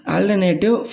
Alternative